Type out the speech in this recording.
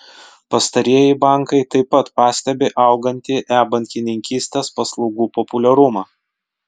pastarieji bankai taip pat pastebi augantį e bankininkystės paslaugų populiarumą